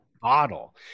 bottle